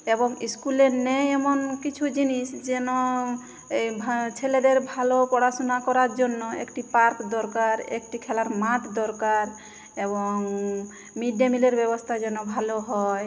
এবং ইস্কুলে নেই এমন কিছু জিনিস যেন এই ভা ছেলেদের ভালো পড়াশোনা করার জন্য একটি পার্ক দরকার একটি খেলার মাঠ দরকার এবং মিড ডে মিলের ব্যবস্তা যেন ভালো হয়